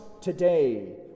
today